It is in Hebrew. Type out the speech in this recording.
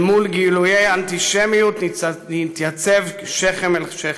אל מול גילויי אנטישמיות נתייצב שכם אל שכם.